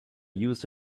used